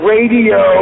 Radio